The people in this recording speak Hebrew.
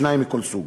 שניים מכל סוג.